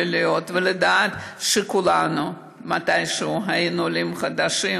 העליות ולדעת שכולנו מתישהו היינו עולים חדשים,